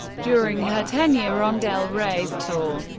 during her tenure on del rey's tour,